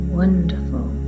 wonderful